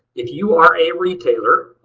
if you are a retailer,